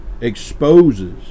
exposes